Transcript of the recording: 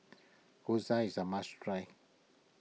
Gyoza is a must try